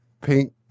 pink